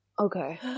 Okay